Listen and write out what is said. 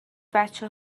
بچه